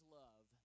love